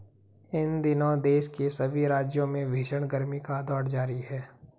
इन दिनों देश के सभी राज्यों में भीषण गर्मी का दौर जारी है